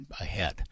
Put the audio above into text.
ahead